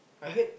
I heard